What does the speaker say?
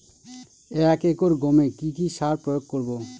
এক একর গমে কি কী সার প্রয়োগ করব?